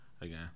again